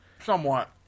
somewhat